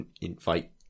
invite